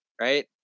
right